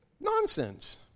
Nonsense